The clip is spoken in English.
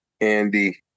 Andy